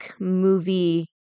movie